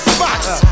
Spots